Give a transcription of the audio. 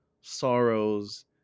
sorrows